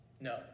no